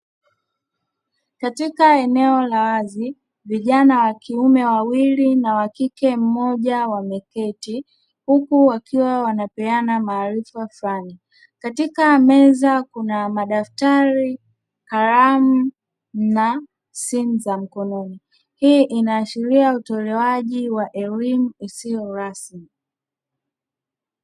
Katika eneo la wazi vijana wakiume wawili na wakike mmoja wameketi huku wakiwa wanapeana maarifa fulani . Katika meza kuna madafutari, kalamu na simu za mkononi. Hii inaashiria utolewaji wa elimu isiyokuwa rasmi.